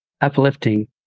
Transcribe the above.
uplifting